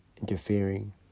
interfering